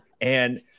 And-